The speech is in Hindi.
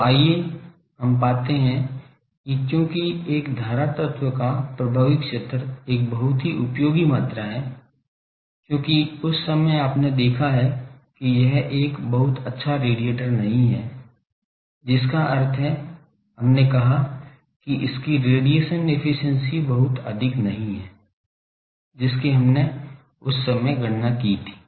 तो आइए हम पाते हैं कि क्योंकि एक धारा तत्व का प्रभावी क्षेत्र एक बहुत ही उपयोगी मात्रा है क्योंकि उस समय आपने देखा है कि यह एक बहुत अच्छा रेडिएटर नहीं है जिसका अर्थ है हमने कहा कि इसकी रेडिएशन एफिशिएंसी बहुत अधिक नहीं है जिसकी हमनें उस समय गणना की थी